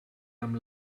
amb